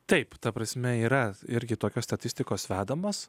taip ta prasme yra irgi tokios statistikos vedamas